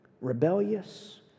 rebellious